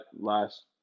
last